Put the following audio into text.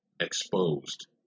exposed